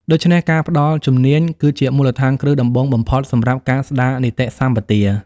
ដូច្នេះ ការផ្តល់ជំនាញគឺជាមូលដ្ឋានគ្រឹះដំបូងបំផុតសម្រាប់ការស្តារនីតិសម្បទា។